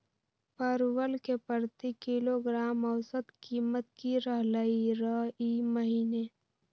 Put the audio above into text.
परवल के प्रति किलोग्राम औसत कीमत की रहलई र ई महीने?